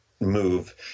move